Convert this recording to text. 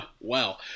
wow